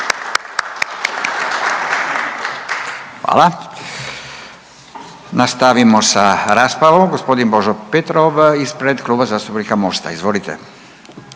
Hvala. Nastavimo sa raspravom. Gospodin Božo Petrov ispred Kluba zastupnika MOST-a. Izvolite.